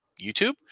YouTube